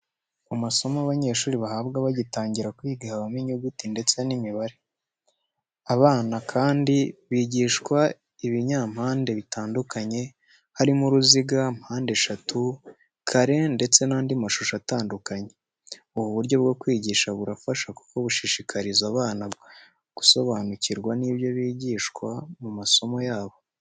Mu masomo abanyeshuri bahabwa bagitangira kwiga habamo inyuguti ndetse n'imibare. Abana kandi bigishwa ibinyampande bitandukanye, harimo uruziga, mpandeshatu, kare ndetse n'andi mashusho atandukanye. Ubu buryo bwo kwigisha burafasha kuko bushishikariza abana gusobanukirwa n'ibyo bigishwa mu masomo yabo.